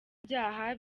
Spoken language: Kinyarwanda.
ivyaha